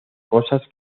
cosas